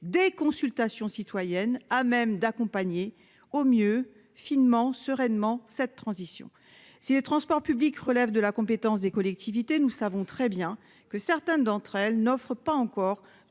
des consultations citoyennes à même d'accompagner sereinement cette transition ? Si les transports publics relèvent de la compétence des collectivités, nous savons très bien que certaines d'entre elles n'offrent pas encore